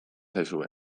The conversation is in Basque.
zaizue